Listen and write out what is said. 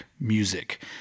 music